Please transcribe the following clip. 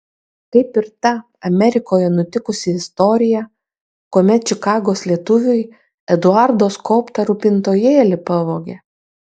kaip ir ta amerikoje nutikusi istorija kuomet čikagos lietuviui eduardo skobtą rūpintojėlį pavogė